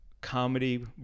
comedy